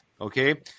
okay